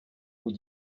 aux